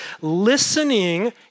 listening